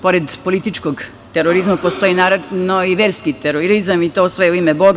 Pored političkog terorizma postoji, naravno, i verski terorizam, i to sve u ime boga.